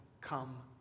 come